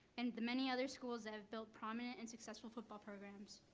and the many other schools that have built prominent and successful football programs.